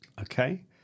okay